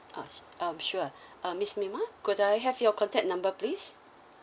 ah s~ um sure uh miss nima could I have your contact number please